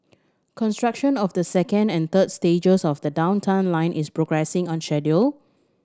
construction of the second and third stages of the Downtown Line is progressing on schedule